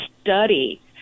study